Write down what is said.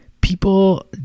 people